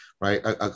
right